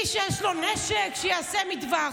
מי שיש לו נשק, שיעשה מטווח.